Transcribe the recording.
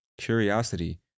Curiosity